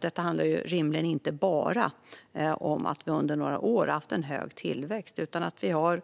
Detta handlar således rimligen inte bara om att vi under några år har haft en hög tillväxt utan om att vi har